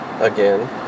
Again